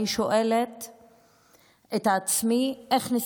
איך נסתדר.